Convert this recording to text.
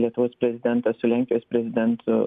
lietuvos prezidentas su lenkijos prezidentu